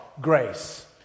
grace